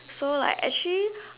so like actually